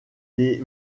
des